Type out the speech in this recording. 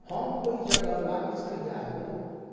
हम ओहि जगह वापिस कहिआ एबै